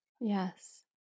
Yes